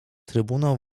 trybunał